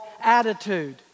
attitude